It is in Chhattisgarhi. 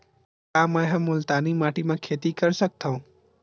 का मै ह मुल्तानी माटी म खेती कर सकथव?